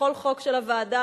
בכל חוק של הוועדה,